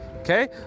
okay